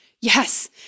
Yes